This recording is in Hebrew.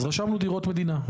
אז רשמנו דירות מדינה.